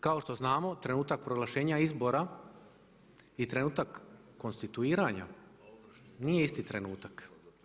Kao što znamo trenutak proglašenja izbora i trenutak konstituiranja nije isti trenutak.